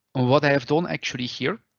what i have done actually here,